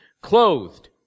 clothed